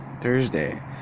Thursday